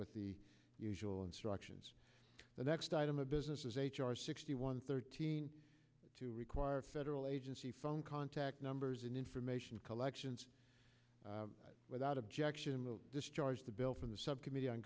with the usual instructions the next item of business is h r sixty one thirteen to require federal agency phone contact numbers and information collections without objection this charge the bill from the subcommittee on